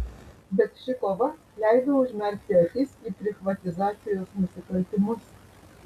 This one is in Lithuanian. bet ši kova leido užmerkti akis į prichvatizacijos nusikaltimus